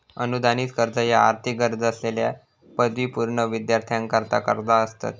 अनुदानित कर्ज ह्या आर्थिक गरज असलेल्यो पदवीपूर्व विद्यार्थ्यांकरता कर्जा असतत